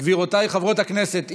גבירותיי חברות הכנסת,